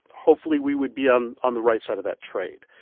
hopefully, we would be on on the right side of that trade.